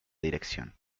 dirección